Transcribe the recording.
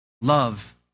Love